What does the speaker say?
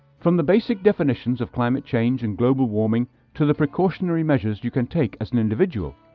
from the basic definitions of climate change and global warming to the precautionary measures you can take as an individual,